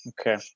Okay